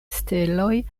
steloj